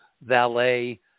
Valet